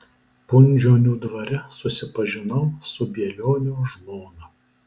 punžionių dvare susipažinau su bielionio žmona